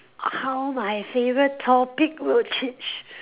how my favourite topic will change